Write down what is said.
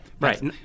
right